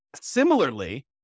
Similarly